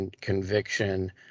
conviction